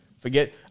Forget